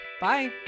bye